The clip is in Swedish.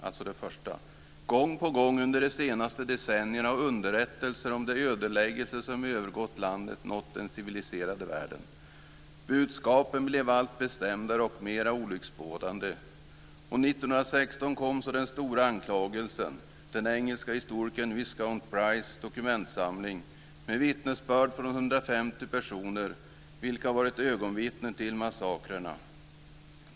alltså det första -". gång på gång under de senaste decennierna ha underrättelser om de ödeläggelser som övergått landet nått den civiliserade världen . Budskapen blev allt bestämdare och mera olycksbådande, och 1916 kom så den stora anklagelsen, den engelske historikern Viscount Bryces dokumentsamling, med vittnesbörd från 150 personer, vilka ha varit ögonvittnen till massakrerna .